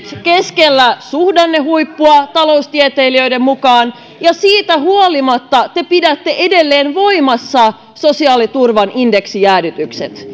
keskellä suhdannehuippua taloustieteilijöiden mukaan ja siitä huolimatta te pidätte edelleen voimassa sosiaaliturvan indeksijäädytykset